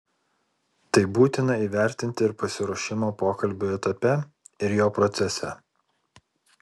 tai būtina įvertinti ir pasiruošimo pokalbiui etape ir jo procese